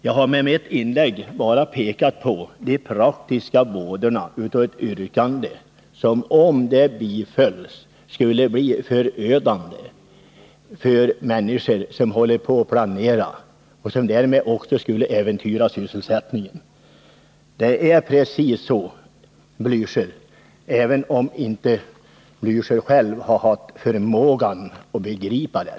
Jag har med mitt inlägg bara pekat på de praktiska vådorna av ett yrkande, som om det bifölls i dag skulle bli förödande för människor som planerar. Det skulle därmed också i hög grad äventyra sysselsättningen för många. Så förhåller det sig, Raul Blächer, även om Raul Blächer själv inte har förmågan att begripa det.